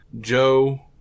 Joe